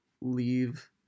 leave